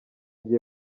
gihe